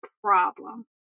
problem